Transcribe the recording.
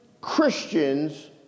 Christians